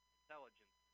intelligence